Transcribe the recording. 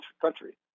country